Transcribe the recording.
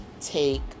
take